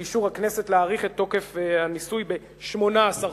באישור הכנסת, להאריך את תוקף הניסוי ב-18 חודשים.